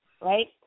right